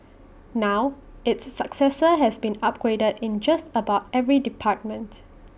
now its successor has been upgraded in just about every department